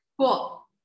Cool